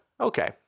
Okay